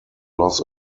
loss